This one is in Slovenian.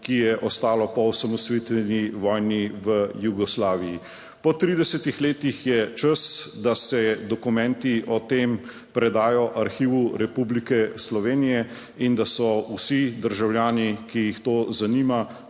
ki je ostalo po osamosvojitveni vojni v Jugoslaviji. Po 30 letih je čas, da se dokumenti o tem predajo Arhivu Republike Slovenije in da so vsi državljani, ki jih to zanima,